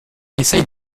essaye